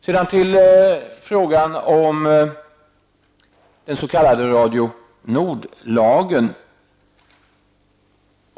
Sedan till frågan om den s.k. Radio Nord-lagen.